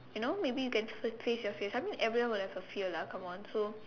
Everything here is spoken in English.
you know maybe you can face your fear something I mean everyone will have a fear lah come on so